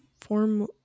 Form